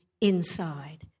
inside